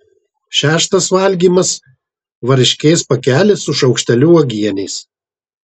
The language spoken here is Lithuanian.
šeštas valgymas varškės pakelis su šaukšteliu uogienės